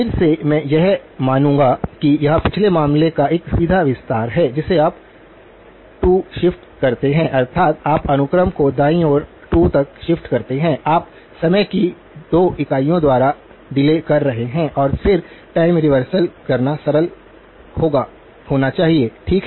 फिर से मैं यह मानूंगा कि यह पिछले मामले का एक सीधा विस्तार है जिसे आप 2 शिफ्ट करते हैं अर्थात आप अनुक्रम को दाईं ओर 2 तक शिफ्ट करते हैं आप समय की 2 इकाइयों द्वारा डिले कर रहे हैं और फिर टाइम रिवर्सल करना सरल होना चाहिए ठीक है